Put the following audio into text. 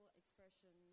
expression